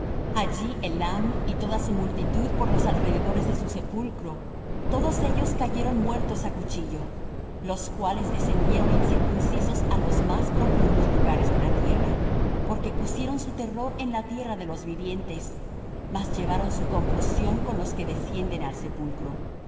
allí elam y toda su multitud por los alrededores de su sepulcro todos ellos cayeron muertos á cuchillo los cuales descendieron incircuncisos á los más profundos lugares de la tierra porque pusieron su terror en la tierra de los vivientes mas llevaron su confusión con los que descienden al sepulcro